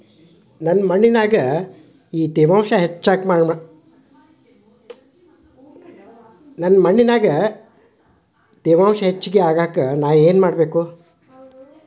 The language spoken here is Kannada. ನನ್ನ ಮಣ್ಣಿನ್ಯಾಗ್ ಹುಮ್ಯೂಸ್ ಹೆಚ್ಚಾಕ್ ನಾನ್ ಏನು ಮಾಡ್ಬೇಕ್?